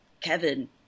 kevin